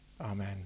Amen